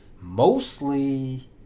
mostly